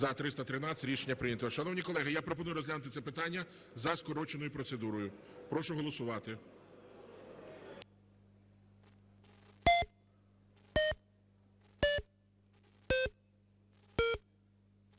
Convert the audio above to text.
За-313 Рішення прийнято. Шановні колеги, я пропоную розглянути це питання за скороченою процедурою. Прошу голосувати.